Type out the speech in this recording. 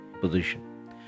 position